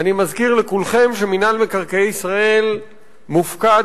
אני מזכיר לכולכם שמינהל מקרקעי ישראל מופקד